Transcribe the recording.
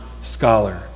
scholar